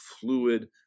fluid